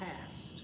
past